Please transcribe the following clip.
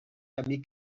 camí